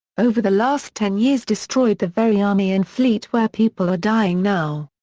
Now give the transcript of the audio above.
over the last ten years destroyed the very army and fleet where people are dying now.